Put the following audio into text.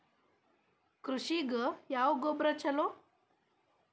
ಕೃಷಿಗ ಯಾವ ಗೊಬ್ರಾ ಛಲೋ?